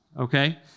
okay